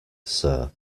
sir